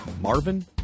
Marvin